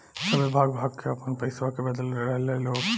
सभे भाग भाग के आपन पइसवा के बदलत रहेला लोग